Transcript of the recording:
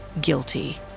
guilty